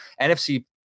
NFC